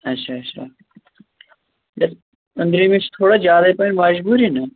اَچھا اَچھا اگر أنٛدرِمِس چھِ تھوڑا زیادَے پَہَن مجبوٗری نا